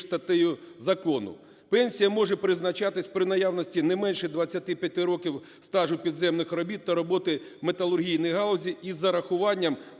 пенсія може призначатися при наявності не менше 25 років стажу підземних робіт та роботи в металургійній галузі із зарахуванням